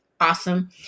awesome